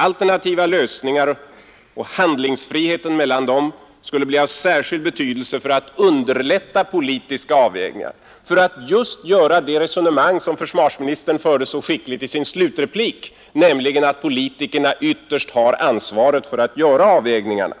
Alternativa lösningar och handlingsfriheten mellan dem skulle bli av särskild betydelse för att underlätta politiska avvägningar, för att göra just det som försvarsministern förde så skickligt resonemang om i sin slutreplik, nämligen att politikerna ytterst har ansvaret för att göra avvägningarna.